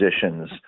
positions